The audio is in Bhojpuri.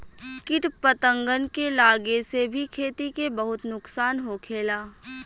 किट पतंगन के लागे से भी खेती के बहुत नुक्सान होखेला